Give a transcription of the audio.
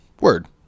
word